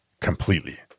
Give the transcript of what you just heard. completely